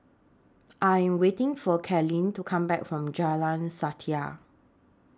I Am waiting For Kathryn to Come Back from Jalan Setia